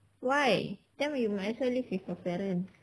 why then we might as well live with your parents